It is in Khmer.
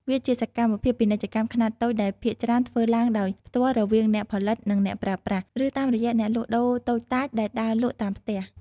វាជាសកម្មភាពពាណិជ្ជកម្មខ្នាតតូចដែលភាគច្រើនធ្វើឡើងដោយផ្ទាល់រវាងអ្នកផលិត និងអ្នកប្រើប្រាស់ ឬតាមរយៈអ្នកលក់ដូរតូចតាចដែលដើរលក់តាមផ្ទះ។